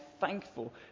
thankful